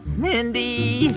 mindy.